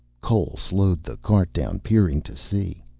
cole slowed the cart down, peering to see.